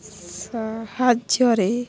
ସାହାଯ୍ୟରେ